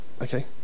okay